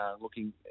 looking